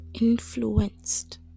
influenced